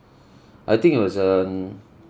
I think it was an